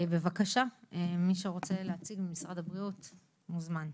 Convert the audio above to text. בבקשה, מי שרוצה להציג ממשרד הבריאות מוזמן.